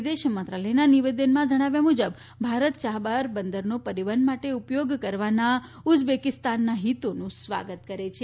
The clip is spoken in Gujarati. વિદેશ મંત્રાલયના નિવેદનમાં જણાવ્યા મુજબ ભારત ચાબહાર બંદરનો પરિવહન માટે ઉપયોગ કરવાના ઉઝબેકિસ્તાનના હિતોનું સ્વાગત કરે છે